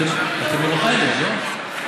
אתם מאוחדת, לא?